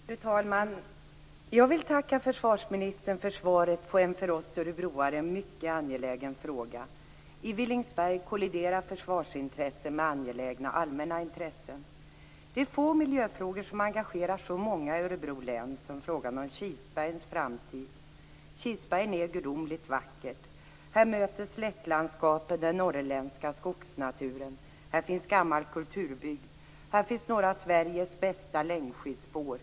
Fru talman! Jag vill tacka försvarsministern för svaret på en för oss örebroare mycken angelägen fråga. I Villingsberg kolliderar försvarsintressen med angelägna allmänna intressen. Det är få miljöfrågor som engagerat så många i Örebro län som frågan om Kilsbergens framtid. Kilsbergen är gudomligt vackert. Här möter ett slättlandskap den norrländska skogsnaturen. Här finns gammal kulturbygd. Här finns några av Sveriges bästa längdskidspår.